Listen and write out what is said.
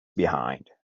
behind